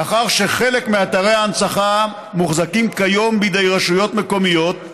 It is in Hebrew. מאחר שחלק מאתרי ההנצחה מוחזקים כיום בידי רשויות מקומיות,